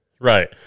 Right